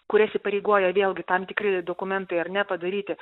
kurias įpareigoja vėlgi tam tikri dokumentai ar ne padaryti